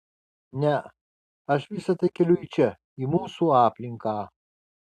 ne aš visa tai keliu į čia į mūsų aplinką